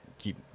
keep